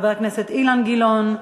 חבר הכנסת אילן גילאון,